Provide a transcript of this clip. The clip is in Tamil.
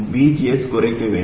VGS குறைக்க வேண்டும்